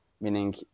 meaning